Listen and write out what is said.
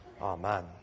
Amen